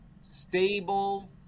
stable